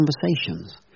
conversations